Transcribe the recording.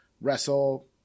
wrestle